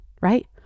right